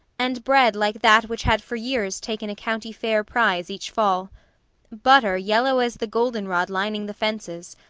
and bread like that which had for years taken a county fair prize each fall butter yellow as the goldenrod lining the fences,